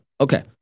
Okay